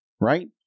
right